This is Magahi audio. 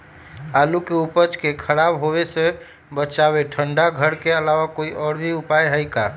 आलू के उपज के खराब होवे से बचाबे ठंडा घर के अलावा कोई और भी उपाय है का?